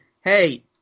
hey